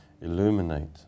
illuminate